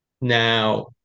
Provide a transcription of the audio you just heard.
Now